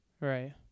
Right